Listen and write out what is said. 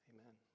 Amen